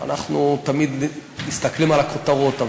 אנחנו תמיד מסתכלים על הכותרות,